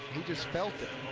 he just felt it.